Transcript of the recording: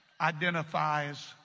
identifies